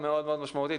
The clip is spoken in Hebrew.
המאוד מאוד משמעותי,